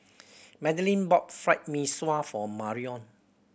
Madalyn bought Fried Mee Sua for Marion